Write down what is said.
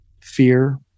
fear